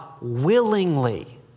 willingly